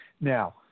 Now